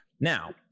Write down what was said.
Now